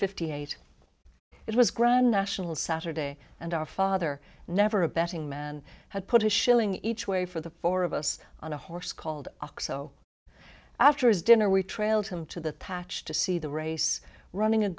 fifty eight it was grand national saturday and our father never a betting man had put a shilling each way for the four of us on a horse called ox so after his dinner we trailed him to the patch to see the race running a